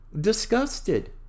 disgusted